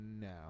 now